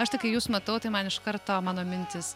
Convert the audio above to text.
aš tai kai jus matau tai man iš karto mano mintys